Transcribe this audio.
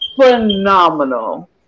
phenomenal